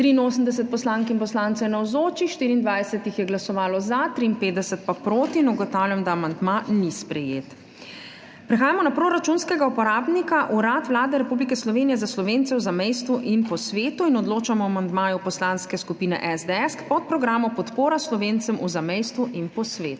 83 poslank in poslancev je navzočih, 24 jih je glasovalo za, 53 pa proti. (Za je glasovalo 24.) (Proti 53.) Ugotavljam, da amandma ni sprejet. Prehajamo na proračunskega uporabnika Urad Vlade Republike Slovenije za Slovence v zamejstvu in po svetu in odločamo o amandmaju Poslanske skupine SDS k podprogramu Podpora Slovencem v zamejstvu in po svetu.